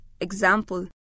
example